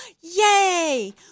Yay